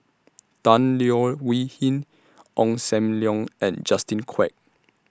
Tan Leo Wee Hin Ong SAM Leong and Justin Quek